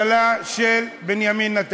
אז הכול מותר בכנסת, בממשלה של בנימין נתניהו,